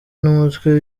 numutwe